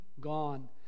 gone